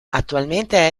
attualmente